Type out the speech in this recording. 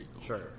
Sure